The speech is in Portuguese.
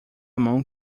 mão